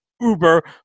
uber